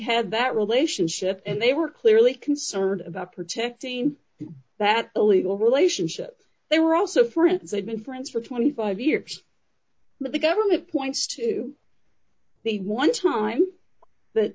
had that relationship and they were clearly concerned about protecting that illegal relationship they were also friends they've been friends for twenty five years but the government points to the one time that